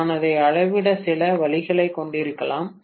நான் அதை அளவிட சில வழிகளைக் கொண்டிருக்கலாம்